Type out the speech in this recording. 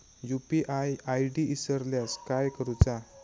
UPI ID इसरल्यास काय करुचा?